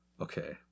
Okay